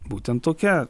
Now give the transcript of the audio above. būtent tokia